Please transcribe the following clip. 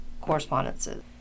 correspondences